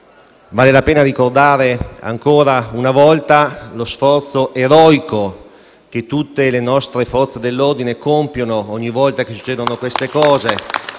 Vale la pena ricordare, ancora una volta, lo sforzo eroico che tutte le nostre Forze dell'ordine compiono ogni volta che si verificano